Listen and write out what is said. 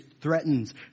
threatens